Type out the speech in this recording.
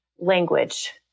language